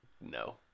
No